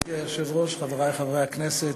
גברתי היושבת-ראש, חברי חברי הכנסת,